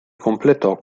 completò